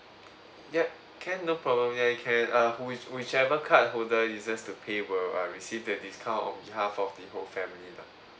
yup can no problem ya you can uh which whichever cardholder users to pay were err receive the discount on behalf of the whole family lah